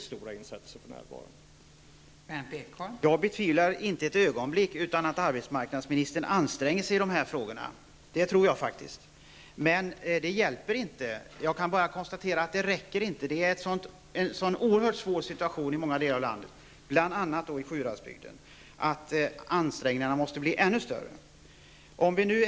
Fru talman! Jag betvivlar inte ett ögonblick att arbetsmarknadsministern anstränger sig i dessa frågor. Men det hjälper inte. Jag kan bara konstatera att det inte räcker. Situationen är så oerhört svår i många delar av landet, bl.a. i Sjuhäradsbygden, att ansträngningarna måste bli ännu större.